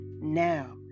now